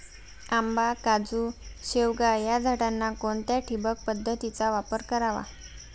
आंबा, काजू, शेवगा या झाडांना कोणत्या ठिबक पद्धतीचा वापर करावा?